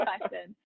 question